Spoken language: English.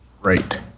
Right